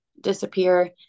disappear